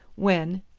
when,